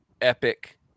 epic